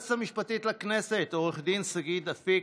היועצת המשפטית לכנסת עו"ד שגית אפיק,